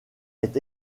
est